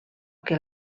que